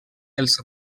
els